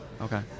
okay